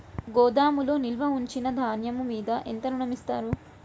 గోదాములో నిల్వ ఉంచిన ధాన్యము మీద ఎంత ఋణం ఇస్తారు?